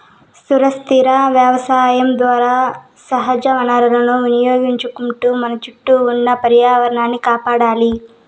సుస్థిర వ్యవసాయం ద్వారా సహజ వనరులను వినియోగించుకుంటూ మన చుట్టూ ఉన్న పర్యావరణాన్ని కాపాడాలి